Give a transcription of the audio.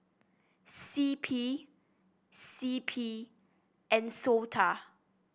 C P C P and SOTA